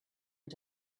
and